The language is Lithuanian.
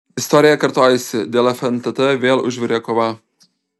istorija kartojasi dėl fntt vėl užvirė kova